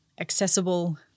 accessible